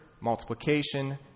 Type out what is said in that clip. multiplication